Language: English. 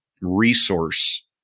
resource